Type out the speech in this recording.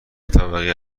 طبقه